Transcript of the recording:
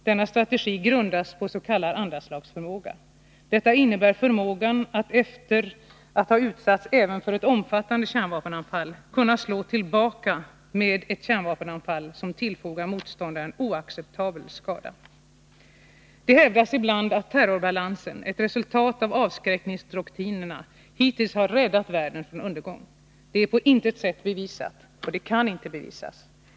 Denna strategi grundas på s.k. andraslagsförmåga. Detta innebär förmågan att efter att ha utsatts även för ett omfattande kärnvapenanfall slå tillbaka med ett kärnvapenanfall som tillfogar motståndaren oacceptabel skada. Det hävdas ibland att terrorbalansen — ett resultat av avskräckningsdoktrinerna — hittills har räddat världen från undergång. Detta är på intet sätt bevisat, och det kan inte bevisas.